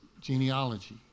genealogy